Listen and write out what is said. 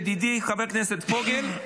ידידי חבר הכנסת פוגל,